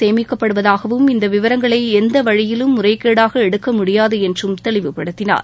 சேமிக்கப்படுவதாகவும் இந்த விவரங்களை எந்த வழியிலும் முறைகேடாக எடுக்க முடியாது என்றும் தெளிவுபடுத்தினார்